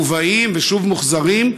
מובאים ושוב מוחזרים,